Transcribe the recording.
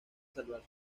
salvar